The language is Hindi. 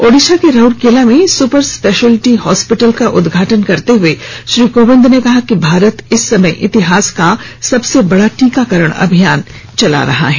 ओडिसा के राउरकेला में सुपर स्पेशियलिटी हॉस्पिटल का उद्घाटन करते हुए श्री कोविंद ने कहा कि भारत इस समय इतिहास का सबसे बड़ा टीकाकरण अभियान चला रहा है